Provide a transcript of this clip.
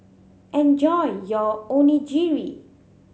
enjoy your Onigiri